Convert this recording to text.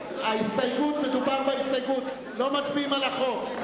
מדובר בהסתייגויות, לא מצביעים על החוק.